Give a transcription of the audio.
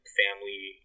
family